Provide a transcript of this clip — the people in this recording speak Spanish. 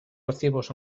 recibidos